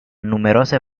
numerose